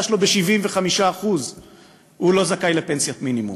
שלו ב-75% הוא לא זכאי לפנסיית מינימום.